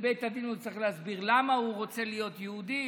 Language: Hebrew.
לבית הדין למה הוא רוצה להיות יהודי.